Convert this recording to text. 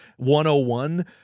101